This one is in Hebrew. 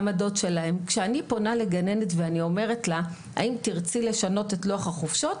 כשאני פונה לגננת ושואלת אותה: האם תרצי לשנות את לוח החופשות?